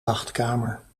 wachtkamer